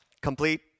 complete